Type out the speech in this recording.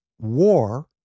war